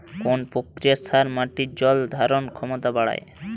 কোন প্রকার সার মাটির জল ধারণ ক্ষমতা বাড়ায়?